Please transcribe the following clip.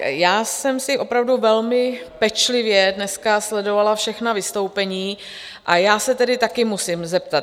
Já jsem si opravdu velmi pečlivě dneska sledovala všechna vystoupení a já se tedy taky musím zeptat.